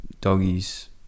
doggies